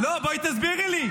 יותר, יותר, עוד מעט תהיה ויראלי.